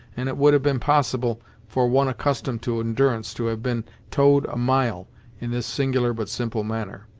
and it would have been possible for one accustomed to endurance to have been towed a mile in this singular but simple manner.